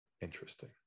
interesting